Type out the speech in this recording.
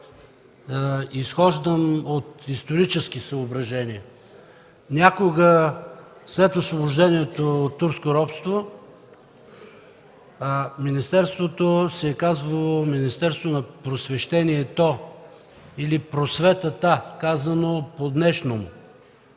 изхождам от исторически съображения. Някога – след Освобождението от турско робство, министерството се е казвало Министерство на просвещението или просветата, казано по днешному.